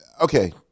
okay